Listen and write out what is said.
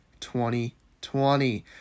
2020